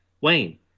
Wayne